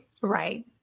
Right